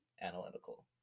analytical